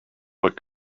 what